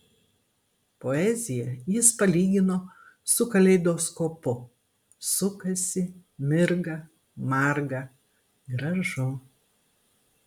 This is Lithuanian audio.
poeziją jis palygino su kaleidoskopu sukasi mirga marga gražu